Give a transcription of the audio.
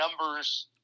numbers